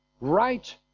right